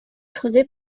creusée